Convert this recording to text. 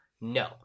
No